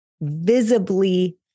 visibly